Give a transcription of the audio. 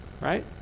right